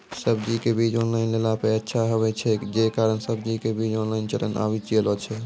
सब्जी के बीज ऑनलाइन लेला पे अच्छा आवे छै, जे कारण सब्जी के बीज ऑनलाइन चलन आवी गेलौ छै?